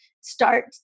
start